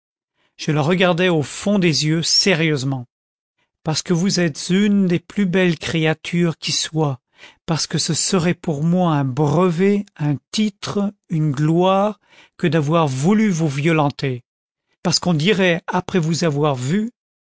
je la regardai au fond des yeux sérieusement parce que vous êtes une des plus belles créatures qui soient parce que ce serait pour moi un brevet un titre une gloire que d'avoir voulu vous violenter parce qu'on dirait après vous avoir vue